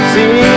See